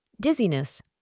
dizziness